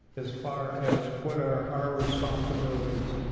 as far as what are our responsibilities?